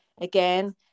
again